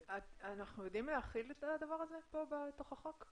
אנחנו יודעים להכיל את הדבר הזה כאן בתוך החוק?